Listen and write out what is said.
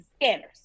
scanners